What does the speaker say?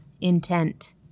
intent